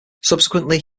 subsequently